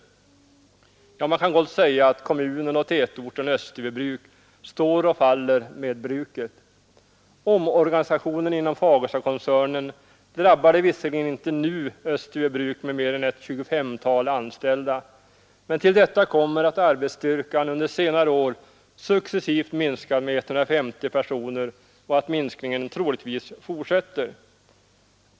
Man kan gott säga att kommu Uppland nen och tätorten Österbybruk står och faller med bruket. Omorganisationen inom Fagerstakoncernen drabbade visserligen inte nu Österbybruk med mer än ett 2S5-tal friställningar, men till detta kommer att arbetsstyrkan under senare år successivt har minskat med 150 personer och att minskningen troligtvis fortsätter.